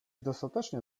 dostatecznie